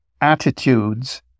attitudes